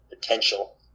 potential